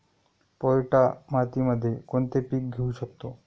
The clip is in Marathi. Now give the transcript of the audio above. पोयटा मातीमध्ये कोणते पीक घेऊ शकतो?